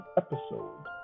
episode